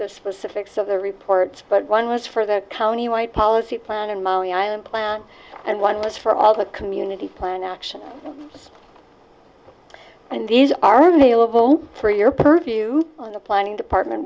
the specifics of the reports but one was for the county wide policy plan and money island plan and one was for all the communities plan action and these are available for your purview on the planning department